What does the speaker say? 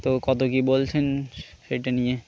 তো কত কী বলছেন সেটা নিয়ে